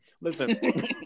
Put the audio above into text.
Listen